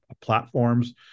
platforms